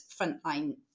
frontline